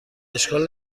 اشکال